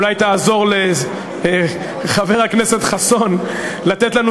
אולי תעזור לחבר הכנסת חסון לתת לנו